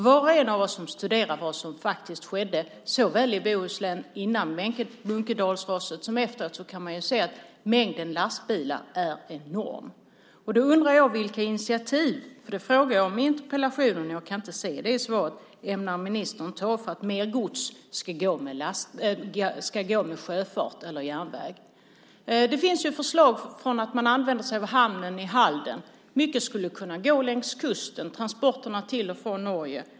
Var och en av oss som studerat vad som faktiskt skedde i Bohuslän såväl före Munkedalsraset som efter kan konstatera att mängden lastbilar är enorm. Jag undrar vilka initiativ ministern ämnar ta för att mer gods ska gå med sjöfart eller järnväg. Det frågade jag om i interpellationen, och jag kan inte se att jag fått något svar. Det finns ett förslag om att använda hamnen i Halden. Mycket av transporterna till och från Norge skulle kunna gå längs kusten.